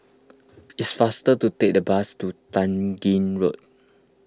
it's faster to take the bus to Tai Gin Road